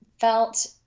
felt